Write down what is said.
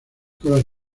colas